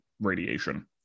radiation